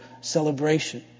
celebration